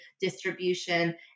distribution